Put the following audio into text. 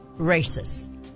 racists